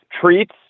treats